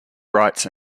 writes